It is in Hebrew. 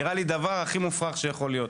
נראה לי דבר הכי מופרך שיכול להיות.